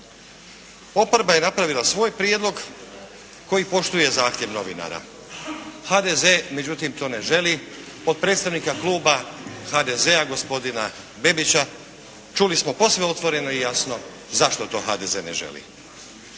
Oporba je napravila svoj prijedlog koji poštuje zahtjev novinara. HDZ međutim to ne želi. Od potpredsjednika Kluba gospodina Bebića čuli smo posve otvoreno i jasno zašto to HDZ ne želi.